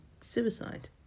suicide